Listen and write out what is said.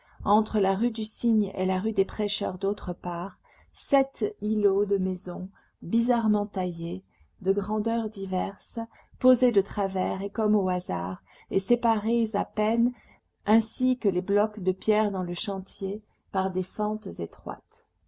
entre la rue du cygne et la rue des prêcheurs d'autre part sept îlots de maisons bizarrement taillés de grandeurs diverses posés de travers et comme au hasard et séparés à peine ainsi que les blocs de pierre dans le chantier par des fentes étroites